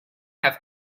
have